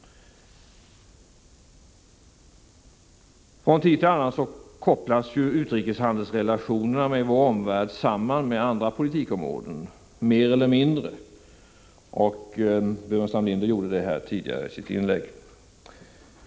Från tid till annan kopplas utrikeshandelsrelationerna med vår omvärld mer eller mindre samman med andra politikområden. Staffan Burenstam Linder gjorde det tidigare i sitt inlägg.